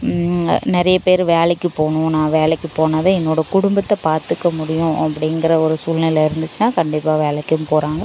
நிறைய பேர் வேலைக்கு போகணும் நான் வேலைக்கு போனால் தான் என்னோடய குடும்பத்தை பார்த்துக்க முடியும் அப்படிங்குற ஒரு சூழ்நிலை இருந்துச்சுன்னா கண்டிப்பாக வேலைக்கின்னு போகிறாங்க